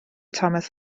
thomas